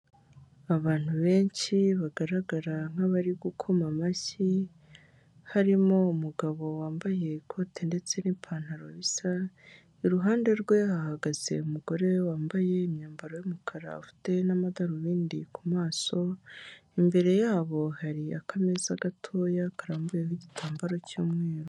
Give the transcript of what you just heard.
Abantu benshi bagaragara nkabari gukoma amashyi, harimo umugabo wambaye ikote ndetse n'ipantaro bisa. Iruhande rwe hahagaze umugore wambaye imyambaro y'umukara ufite n'amadarubindi ku maso. Imbere yabo hari akameza gatoya karambuyeho igitambaro cy'umweru.